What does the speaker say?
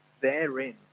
therein